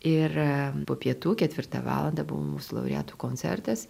ir po pietų ketvirtą valandą buvo mūsų laureatų koncertas